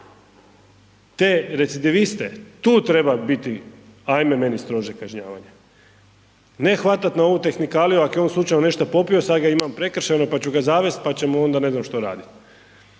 Te recidiviste, tu treba biti ajme meni strože kažnjavanje, ne hvatat na ovu tehnikaliju ako je on slučajno nešto popio sad ga imam prekršajno, pa ću ga zavest, pa ćemo onda ne znam što radit,